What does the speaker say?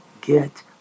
get